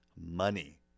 money